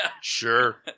Sure